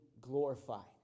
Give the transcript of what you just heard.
glorified